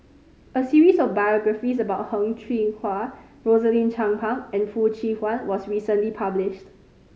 a series of biographies about Heng Cheng Hwa Rosaline Chan Pang and Foo Chee Han was recently published